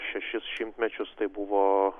šešis šimtmečius tai buvo